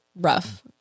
rough